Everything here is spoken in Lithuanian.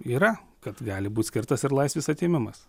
yra kad gali būt skirtas ir laisvės atėmimas